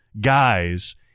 guys